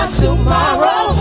tomorrow